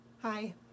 Hi